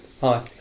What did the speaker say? Hi